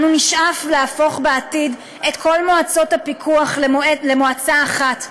אנו נשאף להפוך בעתיד את כל מועצות הפיקוח למועצה אחת,